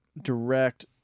Direct